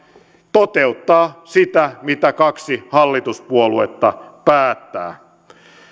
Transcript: toteuttaa sitä mitä kaksi hallituspuoluetta päättää